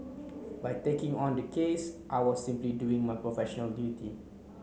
by taking on the case I was simply doing my professional duty